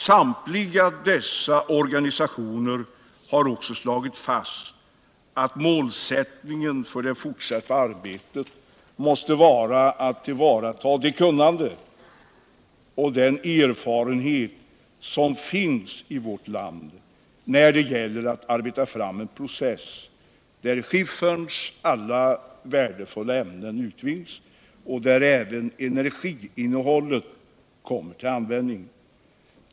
Samtliga dessa organisationer har också slagit fast att målsättningen för det fortsatta arbetet mäste vara att tillvarata det kunnande och den erfarenhet som finns i vårt land när det gäller att arbeta fram en process där skifterns alla värdefulla ämnen utvinns och där även energiinnehållet kommer till användning.